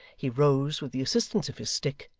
he rose, with the assistance of his stick,